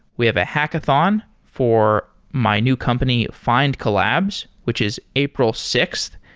we have a hackathon for my new company findcollabs, which is april sixth.